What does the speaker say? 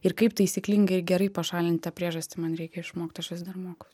ir kaip taisyklingai ir gerai pašalint tą priežastį man reikia išmokt aš vis dar mokau